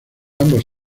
ambos